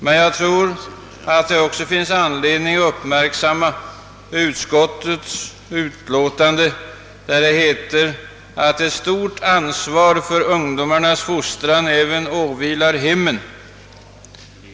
Men jag tror att det också finns anledning att uppmärksamma den passus i utskottsutlåtandet, där det heter att ett stort ansvar för ungdomens fostran även åvilar hemmen.